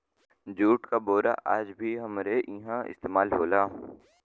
jute क बोरा आज भी हमरे इहां इस्तेमाल होला